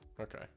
Okay